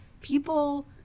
people